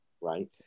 right